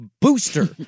booster